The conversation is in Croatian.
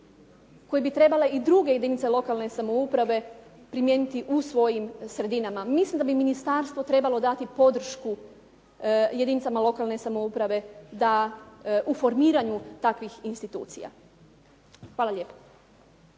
koji bi trebale i druge jedinice lokalne samouprave primijeniti u svojim sredinama. Mislim da bi ministarstvo trebalo dati podršku jedinicama lokalne samouprave u formiranju takvih institucija. Hvala lijepo.